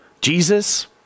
Jesus